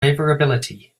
favorability